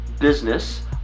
business